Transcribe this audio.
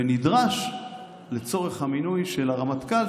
ונדרש לצורך המינוי של הרמטכ"ל,